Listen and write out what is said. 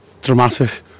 dramatic